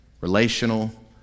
relational